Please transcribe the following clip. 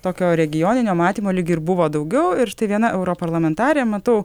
tokio regioninio matymo lyg ir buvo daugiau ir štai viena europarlamentarė matau